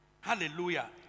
Hallelujah